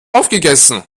aufgegessen